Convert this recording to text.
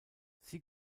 sie